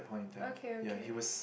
okay okay